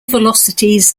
velocities